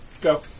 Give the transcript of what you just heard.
go